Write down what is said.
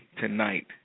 tonight